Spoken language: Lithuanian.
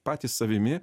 patys savimi